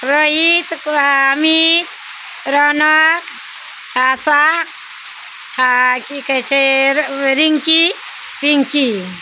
रोहित अमित रौनक आशा आओर की कहय छै रिंकी पिंकी